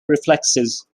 reflexes